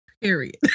Period